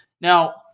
Now